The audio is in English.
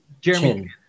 Jeremy